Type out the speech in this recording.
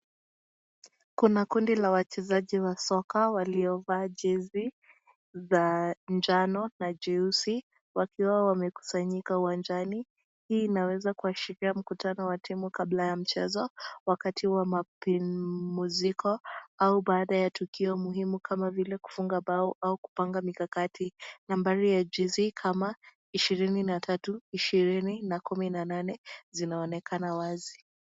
Kuna kundi la wachezaji wa soka waliovaa jezi ya njano na jeusi wakiwa wamekusanyika uwanjani hii inaweza kuashiria mkutano wa timu kabla ya mchezo wakati wa mapumziko au baada ya tukio muhimu kama vile kufunga bao au kupanga mikakati. Nambari ya jezi kama ishirini na tatu ,ishirini, na kumi na nane zinaonekana wazi.